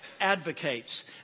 advocates